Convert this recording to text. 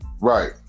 Right